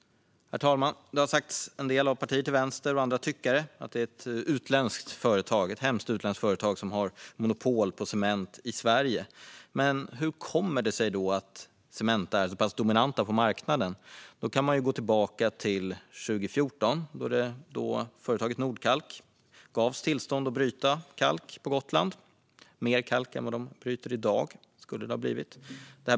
Herr talman! Det har sagts av en del partier till vänster och andra tyckare att det är ett hemskt utländskt företag som har monopol på cement i Sverige. Hur kommer det sig då att Cementa är så pass dominanta på marknaden? Vi kan gå tillbaka till 2014, då företaget Nordkalk gavs tillstånd att bryta kalk på Gotland - mer kalk än vad de bryter i dag, skulle det ha blivit.